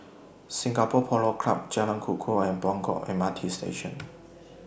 Singapore Polo Club Jalan Kukoh and Buangkok M R T Station